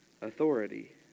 authority